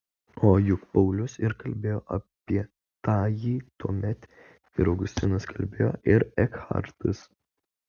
o juk paulius ir kalbėjo apie tąjį tuomet ir augustinas kalbėjo ir ekhartas